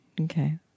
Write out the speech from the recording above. Okay